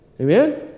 Amen